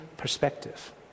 Perspective